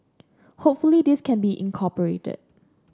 hopefully this can be incorporated